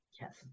Yes